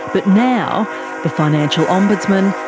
but now the financial ombudsman,